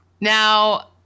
Now